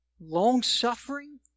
long-suffering